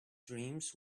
dreams